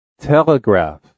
telegraph